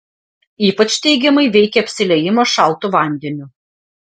ypač teigiamai veikia apsiliejimas šaltu vandeniu